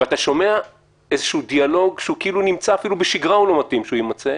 שמענו מין דיאלוג שאפילו בשגרה לא מתאים שיימצא,